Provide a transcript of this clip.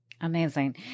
Amazing